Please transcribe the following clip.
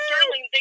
Sterling